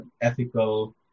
ethical